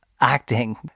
acting